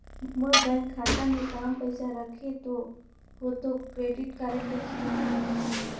मोर bank खाता मे काम पइसा रखे हो तो क्रेडिट कारड टेक्स तो नइ लाही???